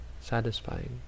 satisfying